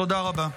תודה רבה.